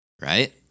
Right